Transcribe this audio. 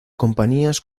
compañías